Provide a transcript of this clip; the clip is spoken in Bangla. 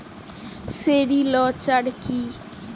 সেরিলচার কি?